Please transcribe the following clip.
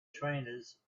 trainers